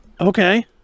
Okay